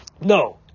No